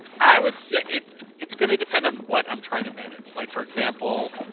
i would say it's gonna depend on what i'm trying to manage like, for example.